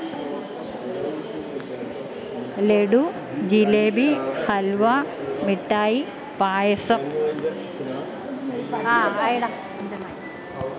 laddu jalebi halwa mithai പായസം